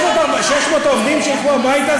600 העובדים שילכו הביתה,